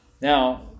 Now